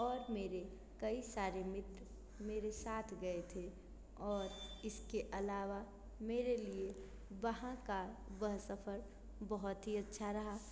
और मेरे कई सारे मित्र मेरे साथ गए थे और इसके अलावा मेरे लिए वहाँ का वह सफ़र बहुत ही अच्छा रहा